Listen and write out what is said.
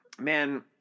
man